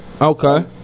Okay